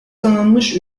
tanınmış